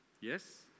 Yes